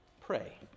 pray